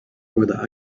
whether